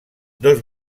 dos